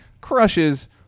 Crushes